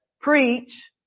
preach